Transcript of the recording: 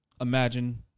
imagine